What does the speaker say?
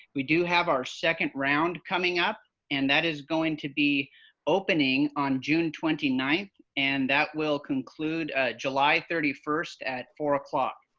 we do have our second round coming up and that is going to be opening on june twenty ninth. and that will conclude ah july thirty first at four o'clock.